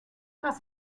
das